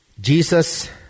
Jesus